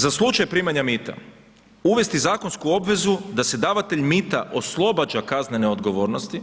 Za slučaj primanja mita, uvesti zakonsku obvezu da se davatelj mita oslobađa kaznene odgovornosti